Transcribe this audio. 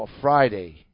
Friday